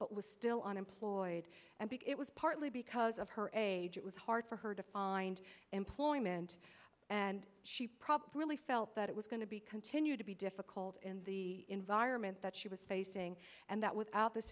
was still unemployed and because it was partly because of her age it was hard for her to find employment and she probably really felt that it was going to be continue to be difficult in the environment that she was facing and that without this